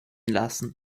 lassen